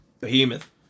Behemoth